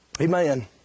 Amen